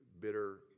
bitter